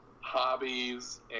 hobbies